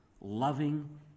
loving